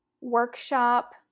workshop